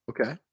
okay